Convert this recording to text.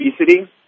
obesity